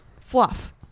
fluff